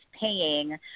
paying